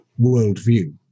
worldview